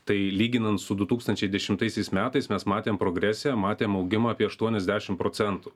tai lyginant su du tūkstančiai dešimtaisiais metais mes matėm progresiją matėm augimą apie aštuoniasdešimt procentų